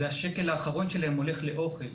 והשקל האחרון שלהם הולך לאוכל.